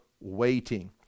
waiting